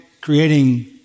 creating